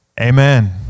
amen